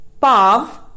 Pav